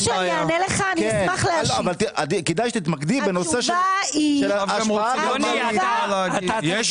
כדאי שתתמקדי- -- יוני, אתה צודק.